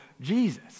Jesus